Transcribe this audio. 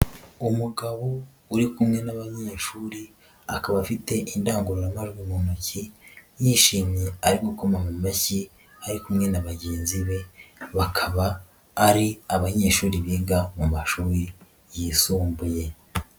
Umugabo uri kumwe n'abanyeshuri akaba afite indangurumbajwi mu ntoki yishimye ari gukoma mu mashyi ari kumwe na bagenzi be, bakaba ari abanyeshuri biga mu mashuri yisumbuye.